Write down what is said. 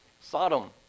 Sodom